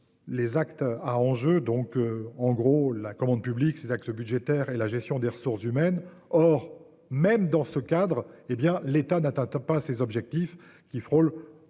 Les actes à enjeu. Donc en gros la commande publique ces actes budgétaires et la gestion des ressources humaines. Or, même dans ce cadre, hé bien l'état d'atteintes pas ses objectifs qui frôle